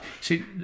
See